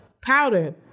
powder